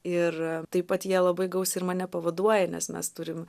ir taip pat jie labai gausiai ir mane pavaduoja nes mes turim